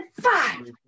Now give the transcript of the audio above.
five